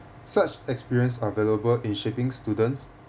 such experience are valuable in shaping students